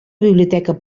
biblioteca